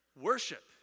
Worship